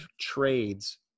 trades